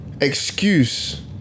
excuse